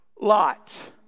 Lot